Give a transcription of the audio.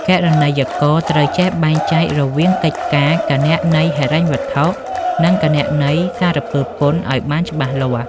គណនេយ្យករត្រូវចេះបែងចែករវាងកិច្ចការគណនេយ្យហិរញ្ញវត្ថុ និងគណនេយ្យសារពើពន្ធឱ្យបានច្បាស់លាស់។